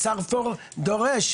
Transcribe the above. והשר פורר דורש,